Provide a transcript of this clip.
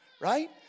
Right